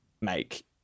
make